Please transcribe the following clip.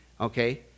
okay